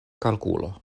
kalkulo